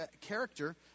character